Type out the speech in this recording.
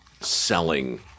selling